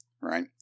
right